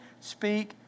speak